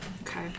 Okay